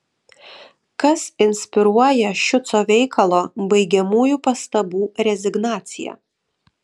kas inspiruoja šiuco veikalo baigiamųjų pastabų rezignaciją